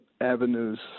avenues